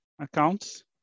accounts